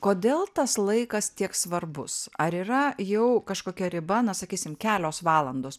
kodėl tas laikas tiek svarbus ar yra jau kažkokia riba na sakysim kelios valandos